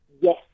Yes